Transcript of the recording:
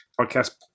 podcast